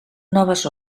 noves